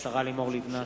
לימור לבנת,